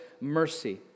mercy